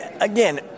again